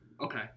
Okay